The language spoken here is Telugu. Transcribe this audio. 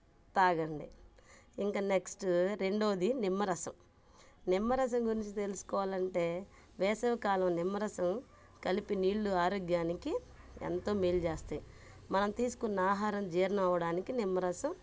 తాగండి ఇంక నెక్స్ట్ రెండోది నిమ్మరసం నిమ్మరసం గురించి తెలుసుకోవాలంటే వేసవికాలం నిమ్మరసం కలిపి నీళ్లు ఆరోగ్యానికి ఎంతో మేలు చేస్తాయి మనం తీసుకున్న ఆహారం జీర్ణం అవ్వడానికి నిమ్మరసం